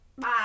Bye